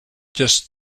just